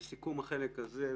לסיכום החלק הזה,